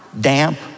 damp